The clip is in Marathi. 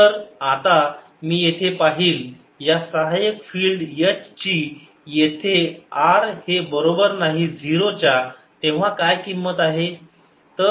तर आता मी येथे पाहील या सहाय्यक फिल्ड H ची येथे r हे बरोबर नाही 0 च्या तेव्हा काय किंमत आहे